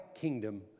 kingdom